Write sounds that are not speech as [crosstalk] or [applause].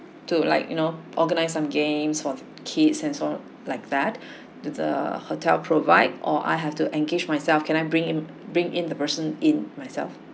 to like you know organized some games for kids and sort like that [breath] do the hotel provide or I have to engage myself can I bring in bring in the person in myself